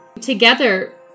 Together